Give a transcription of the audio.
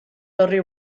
horri